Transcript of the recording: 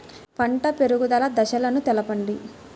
పంట పెరుగుదల దశలను తెలపండి?